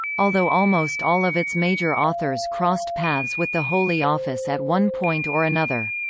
although almost all of its major authors crossed paths with the holy office at one point or another.